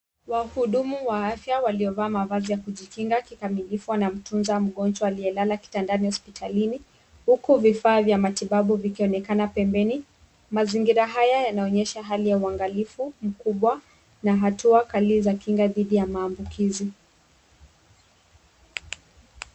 Wahudumu wa afya waliovaa mavazi ya kujikinga kikamilifu wanamtunza mgonjwa aliyelala kitandani hospitalini huku vifaa vya matibabu vikionekana pembeni . Mazingira haya yanaonyesha hali ya uangalifu mkubwa na hatua kali za kinga dhidi ya maambukizi.